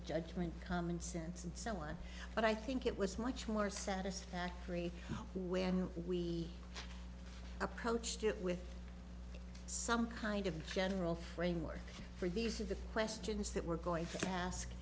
judgment common sense and someone but i think it was much more satisfactory where we approached it with some kind of general framework for these are the questions that we're going to ask